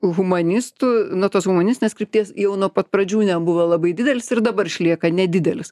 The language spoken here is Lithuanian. humanistų nuo tos humanistinės krypties jau nuo pat pradžių nebuvo labai didelis ir dabar išlieka nedidelis